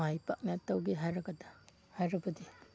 ꯃꯥꯏ ꯄꯥꯛꯅ ꯇꯧꯒꯦ ꯍꯥꯏꯔꯒꯅ ꯍꯥꯏꯔꯕꯗꯤ